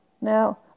Now